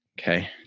okay